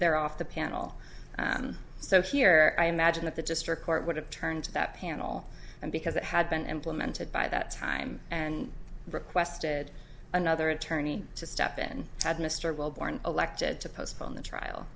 they're off the panel so here i imagine that the district court would have turned to that panel and because it had been implemented by that time and requested another attorney to step in had mr wellborn elected to postpone the trial